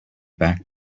back